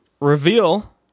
reveal